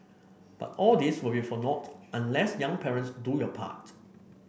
but all this will be for nought unless young parents do your part